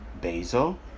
basil